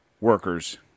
workers